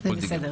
בבקשה.